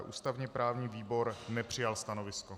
Ústavněprávní výbor nepřijal stanovisko.